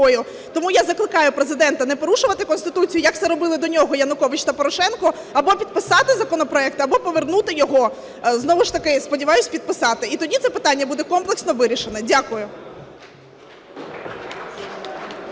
Тому я закликаю Президента не порушувати Конституцію, як це робили до нього Янукович та Порошенко, або підписати законопроект, або повернути його. Знову ж таки, сподіваюсь, підписати, і тоді це питання буде комплексно вирішено. Дякую.